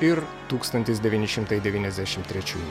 r tūkstantis devyni šimtai devyniasdešimt trečiųjų